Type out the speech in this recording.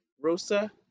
Rosa